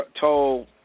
told